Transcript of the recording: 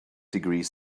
degrees